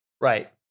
Right